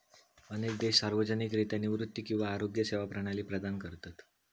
अनेक देश सार्वजनिकरित्या निवृत्ती किंवा आरोग्य सेवा प्रणाली प्रदान करतत